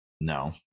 No